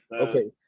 Okay